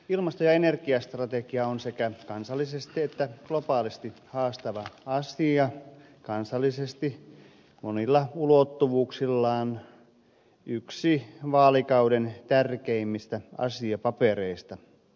ilmasto ja energiastrategia on sekä kansallisesti että globaalisti haastava asia kansallisesti monilla ulottuvuuksillaan yksi vaalikauden tärkeimmistä asiapapereista